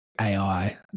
AI